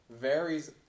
varies